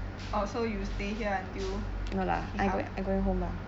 orh so you stay here until he come